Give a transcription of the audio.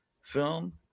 film